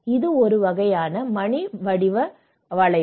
இது ஒரு வகையான மணி வடிவ வளைவு